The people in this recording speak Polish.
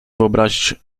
wyobrazić